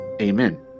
Amen